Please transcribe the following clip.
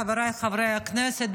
חבריי חברי הכנסת,